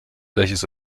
welches